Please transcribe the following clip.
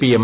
P M